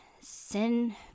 sin